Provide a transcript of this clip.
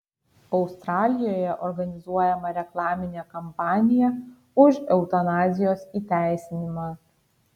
australijoje organizuojama reklaminė kampanija už eutanazijos įteisinimą